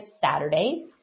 Saturdays